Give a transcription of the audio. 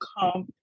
come